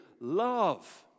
love